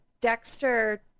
Dexter